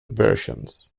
versions